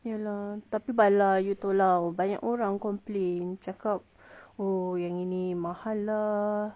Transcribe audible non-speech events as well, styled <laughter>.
ya lor tapi <noise> complain cakap yang ini mahal lah